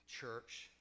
church